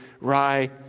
rye